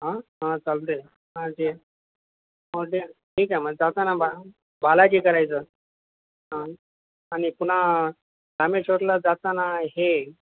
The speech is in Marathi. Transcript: हा हा चालतं आहे हा ते हो ते ठीक आहे मग जाताना बा बालाजी करायचं ह आणि पुन्हा रामेश्वरला जाताना हे